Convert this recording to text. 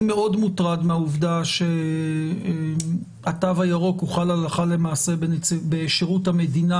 אני מאוד מוטרד מהעובדה שהתו הירוק חל הלכה למעשה בשירות המדינה